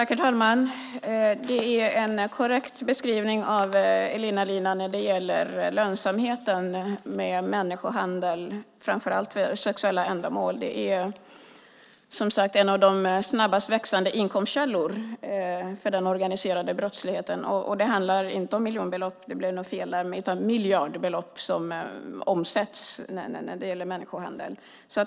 Herr talman! Det är en korrekt beskrivning som Elina Linna gör när det gäller lönsamheten med människohandel och framför allt människohandel för sexuella ändamål. Det är en av de snabbast växande inkomstkällorna för den organiserade brottsligheten. Det handlar inte om miljonbelopp - det blev nog fel där - utan miljardbelopp som omsätts i människohandeln.